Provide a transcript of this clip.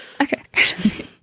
Okay